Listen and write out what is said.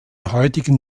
heutigen